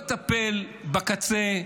הוא לא לטפל בקצה,